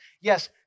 Yes